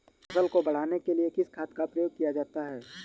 फसल को बढ़ाने के लिए किस खाद का प्रयोग किया जाता है?